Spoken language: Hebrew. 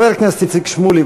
חבר הכנסת איציק שמולי,